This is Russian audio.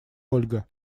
ольга